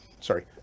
sorry